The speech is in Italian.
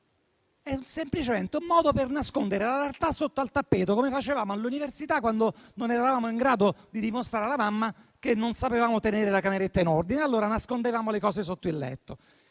È semplicemente un modo per nascondere la realtà sotto al tappeto, come facevamo all'università, quando non volevamo dimostrare alla mamma di non essere in grado di tenere la cameretta in ordine, allora nascondevamo le cose sotto il letto;